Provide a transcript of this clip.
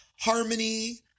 Harmony